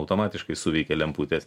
automatiškai suveikia lemputės